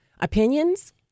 Opinions